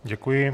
Děkuji.